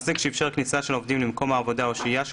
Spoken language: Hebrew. עונשין 3. מעסיק שאיפשר כניסה של עובדים למקום העבודה או שהייה של